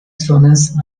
zonas